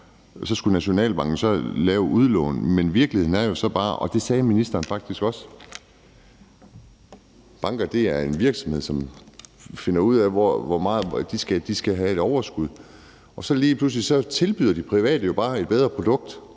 så skulle Nationalbanken lave udlån. Men virkeligheden er jo så bare – og det sagde ministeren faktisk også – at banker er virksomheder, som skal have et overskud, og så lige pludselig tilbyder de private jo bare et bedre produkt,